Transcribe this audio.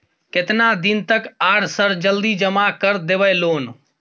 केतना दिन तक आर सर जल्दी जमा कर देबै लोन?